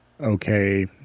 okay